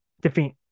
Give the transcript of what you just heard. defeat